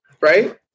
right